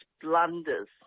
blunders